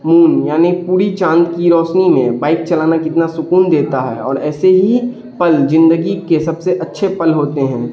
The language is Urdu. مون یعنی پورے چاند کی روشنی میں بائک چلانا کتنا سکون دیتا ہے اور ایسے ہی پل زندگی کے سب سے اچھے پل ہوتے ہیں